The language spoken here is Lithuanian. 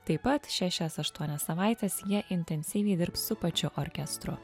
taip pat šešias aštuonias savaites jie intensyviai dirbs su pačiu orkestru